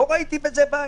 לא ראיתי בזה בעיה,